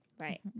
Right